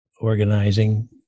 organizing